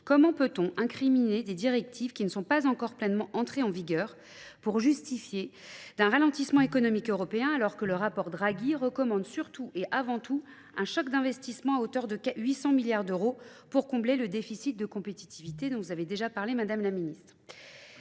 Comment peut-on incriminer des directives qui ne sont pas encore pleinement entrées en vigueur pour justifier d'un ralentissement économique européen alors que le rapport Draghi recommande surtout et avant tout un choc d'investissement à hauteur de 800 milliards d'euros pour combler le déficit de compétitivité dont vous avez déjà parlé madame la ministre.